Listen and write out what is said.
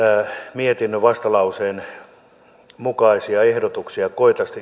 mietinnön vastalauseen mukaisia ehdotuksia